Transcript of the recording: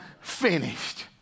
finished